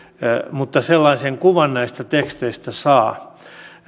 mutta sellaisen kuvan näistä teksteistä saa